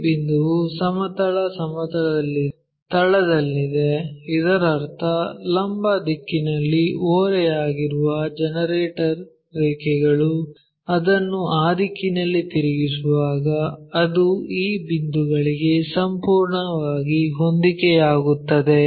ಈ ಬಿಂದುವು ಸಮತಲ ಸಮತಲದಲ್ಲಿ ತಳದಲ್ಲಿದೆ ಇದರರ್ಥ ಲಂಬ ದಿಕ್ಕಿನಲ್ಲಿ ಓರೆಯಾಗಿರುವ ಜನರೇಟರ್ ರೇಖೆಗಳು ಅದನ್ನು ಆ ದಿಕ್ಕಿನಲ್ಲಿ ತಿರುಗಿಸುವಾಗ ಅದು ಈ ಬಿಂದುಗಳಿಗೆ ಸಂಪೂರ್ಣವಾಗಿ ಹೊಂದಿಕೆಯಾಗುತ್ತದೆ